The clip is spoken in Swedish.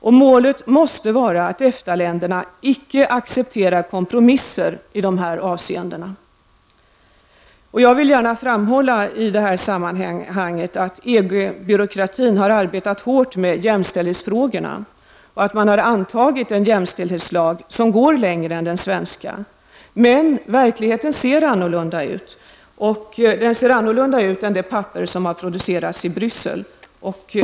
Och målet måste vara att EFTA-länderna inte accepterar kompromisser i dessa avseenden. I detta sammanhang vill jag gärna framhålla att EG-byråkratin har arbetat hårt med jämställdhetsfrågorna. Man har antagit en jämställdhetslag som går längre än den svenska. Men verkligheten ser annorlunda ut än i de papper som producerats i Bryssel.